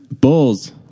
Bulls